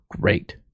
great